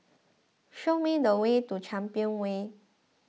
show me the way to Champion Way